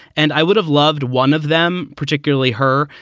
and i would have loved one of them, particularly her,